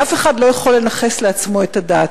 ואף אחד לא יכול לנכס לעצמו את הדת.